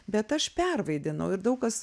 bet aš pervaidinau ir daug kas